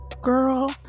girl